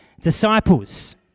disciples